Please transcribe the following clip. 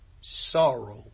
sorrow